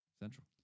Central